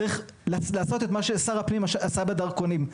צריך לעשות את מה ששר הפנים עשה בדרכונים.